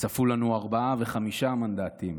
צפו לנו ארבעה וחמישה מנדטים,